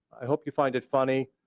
i hope you find it funny.